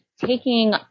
taking